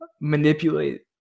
manipulate